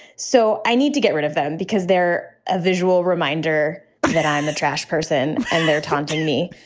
so, i need to get rid of them because they're a visual reminder that i'm a trash person, and they're taunting me.